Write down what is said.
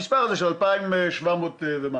זה המספר של 2,700 ומשהו.